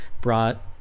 brought